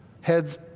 heads